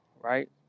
right